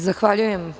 Zahvaljujem.